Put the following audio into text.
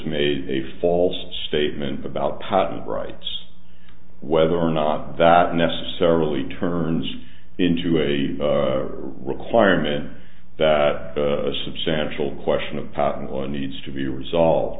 made a false statement about patent rights whether or not that necessarily turns into a requirement that a substantial question of patent law needs to be resolved